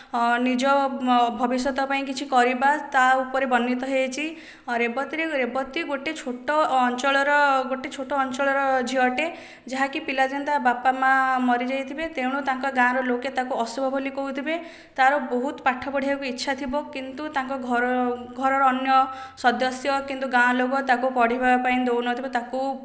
ହଁ ନିଜ ଭବିଷ୍ୟତ ପାଇଁ କିଛି କରିବା ତା ଉପରେ ବର୍ଣ୍ଣିତ ହୋଇଛି ରେବତୀରେ ରେବତୀ ଗୋଟେ ଛୋଟ ଅଞ୍ଚଳର ଗୋଟେ ଛୋଟ ଅଞ୍ଚଳର ଝିଅଟେ ଯାହାକି ପିଲାଦିନେ ତା ବାପା ମା' ମରିଯାଇଥିବେ ତେଣୁ ତାଙ୍କ ଗାଁର ଲୋକ ତାକୁ ଅଶୁଭ କହୁଥିବେ ତା'ର ବହୁତ ପାଠ ପଢ଼ିବାକୁ ଇଚ୍ଛା ଥିବ କିନ୍ତୁ ତାଙ୍କ ଘର ଘରର ଅନ୍ୟ ସଦସ୍ୟ କିନ୍ତୁ ଗାଁ ଲୋକ ତାକୁ ପଢ଼ିବା ପାଇଁ ଦେଉନଥିବେ ତାକୁ